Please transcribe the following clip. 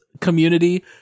community